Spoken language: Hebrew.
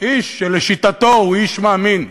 איש שלשיטתו הוא איש מאמין,